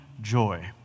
joy